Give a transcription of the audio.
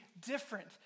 different